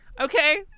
Okay